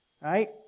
right